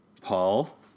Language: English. Paul